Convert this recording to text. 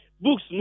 Books